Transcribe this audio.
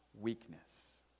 weakness